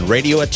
Radio